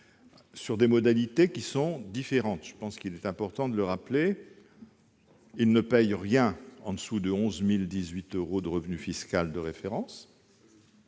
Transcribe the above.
selon des modalités différentes. Il est important de le rappeler. Ils ne paient rien en dessous de 11 018 euros de revenu fiscal de référence.